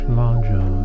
larger